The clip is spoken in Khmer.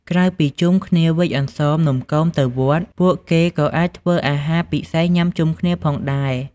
ក្រៅពីជុំគ្នាវេចអន្សម នំគម ទៅវត្ត ពួកគេក៏អាចធ្វើអាហារពិសេសញុំាជុំគ្នាផងដែរ។